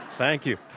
thank you.